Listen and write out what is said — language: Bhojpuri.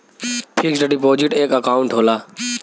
फिक्स डिपोज़िट एक अकांउट होला